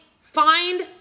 find